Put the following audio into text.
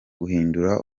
guhindura